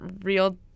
real